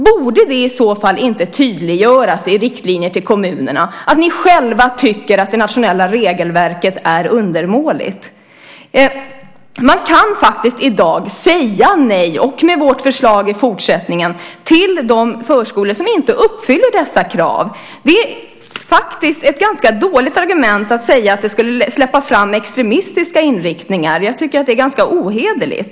Borde det i så fall inte tydliggöras i riktlinjer till kommunerna att ni tycker att det nationella regelverket är undermåligt? Man kan i dag, och med vårt förslag även i fortsättningen, säga nej till de förskolor som inte uppfyller dessa krav. Det är ett rätt dåligt argument att påstå att det skulle innebära att man släpper fram extremistiska inriktningar. Det är ganska ohederligt.